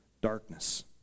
darkness